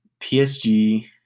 PSG